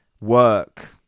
work